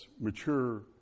mature